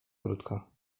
krótko